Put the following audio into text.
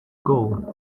goal